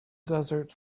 desert